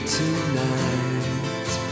tonight